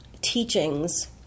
teachings